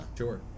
sure